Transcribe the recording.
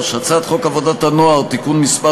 הצעת חוק עבודת הנוער (תיקון מס'